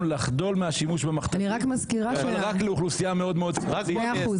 לחדול מהשימוש במכת"זית אבל רק לאוכלוסייה מאוד מאוד מסוימת.